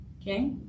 okay